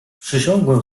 przysiągłem